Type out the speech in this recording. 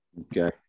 okay